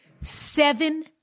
seven